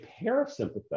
parasympathetic